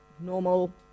normal